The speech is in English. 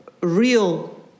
real